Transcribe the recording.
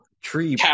tree